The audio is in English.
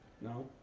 No